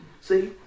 See